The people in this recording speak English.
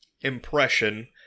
impression